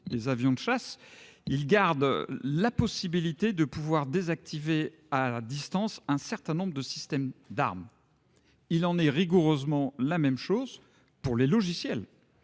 des avions de chasse, ils gardent la possibilité de désactiver à distance un certain nombre de systèmes d’armes. Il en va rigoureusement de même pour les logiciels